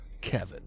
Kevin